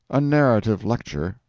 a narrative lecture.